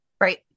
Right